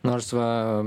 nors va